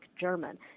German